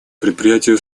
предприятия